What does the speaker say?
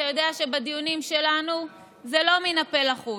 אתה יודע שבדיונים שלנו זה לא מן הפה לחוץ,